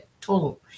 Total